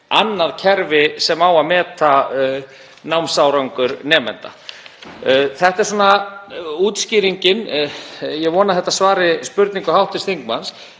annað kerfi sem á að meta námsárangur nemenda. Þetta er útskýringin. Ég vona að þetta svari spurningu hv. þingmanns.